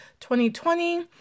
2020